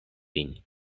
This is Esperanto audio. vin